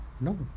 No